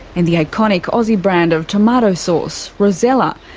and the iconic aussie brand of tomato sauce, rosella,